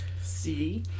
See